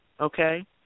okay